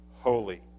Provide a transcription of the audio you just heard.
holy